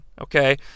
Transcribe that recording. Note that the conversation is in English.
okay